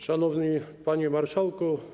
Szanowny Panie Marszałku!